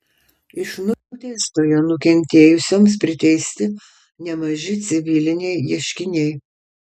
iš nuteistojo nukentėjusioms priteisti nemaži civiliniai ieškiniai